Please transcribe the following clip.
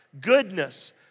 goodness